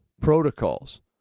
protocols